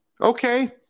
Okay